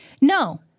No